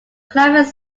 climate